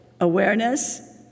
awareness